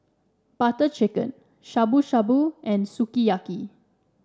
Butter Chicken Shabu Shabu and Sukiyaki